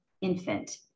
infant